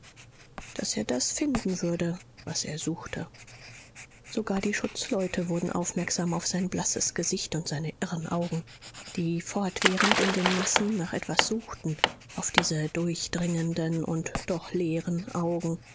daß er das finden würde was er suchte sogar die schutzleute wurden aufmerksam auf sein blasses gesicht und seine irren augen die fortwährend in den massen nach etwas suchten auf diese durchdringenden und doch leeren augen